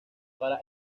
para